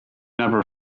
never